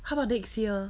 how about next year